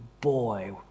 boy